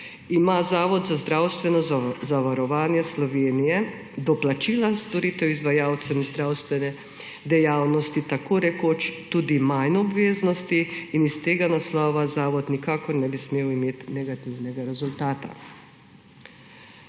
ima Zavod za zdravstveno zavarovanje Slovenije z doplačili storitev izvajalcem iz zdravstvene dejavnosti tako rekoč tudi manj obveznosti. S tega naslova Zavod nikakor ne bi smel imeti negativnega rezultata.